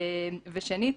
ושנית,